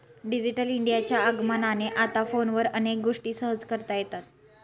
digital इंडियाच्या आगमनाने आता फोनवर अनेक गोष्टी सहज करता येतात